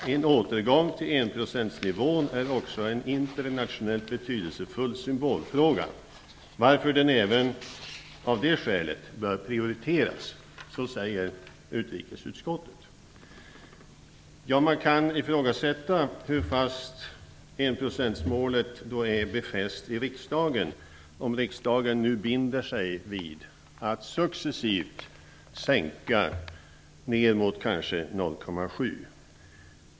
En återgång till enprocentsnivån är också en internationellt betydelsefull symbolfråga, varför den även av det skälet bör prioriteras. Så säger alltså utrikesutskottet. Ja, man kan ifrågasätta hur fast befäst enprocentsmålet är i riksdagen, om riksdagen nu binder sig vid att successivt sänka ned mot kanske 0,7 %.